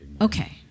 Okay